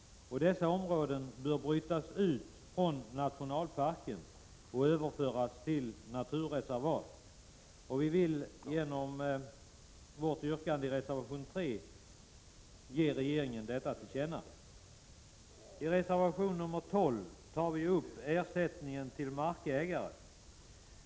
Dessa områden bör brytas ut från nationalparken och överföras till naturreservat. Vi vill genom vårt yrkande i reservation 5 ge regeringen detta till känna. I reservation 12 tar vi upp frågan om ersättning till markägare.